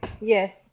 Yes